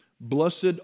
Blessed